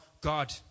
God